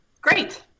Great